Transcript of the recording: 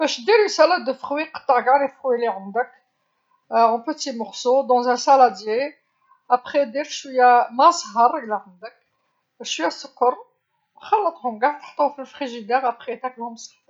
باش دير سلطة الفواكه قطع قاع الفواكه اللي عندك إلى قطع صغيرة في صحن، بعد ذلك دير شويه ما زهر لا عندك، شويه سكر، خلطهم قاع حطهم في الثلاجه، بعد ذلك تاكلهم بصحتك.